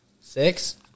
Six